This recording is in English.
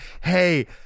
hey